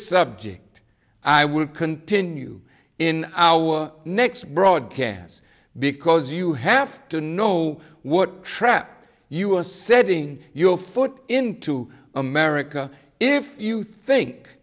subject i will continue in our next broadcasts because you have to know what trap you are setting your foot into america if you think